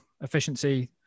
efficiency